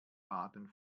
baden